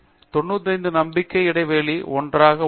95 நம்பிக்கை இடைவெளி ஒன்று உள்ளது